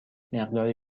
مقداری